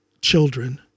children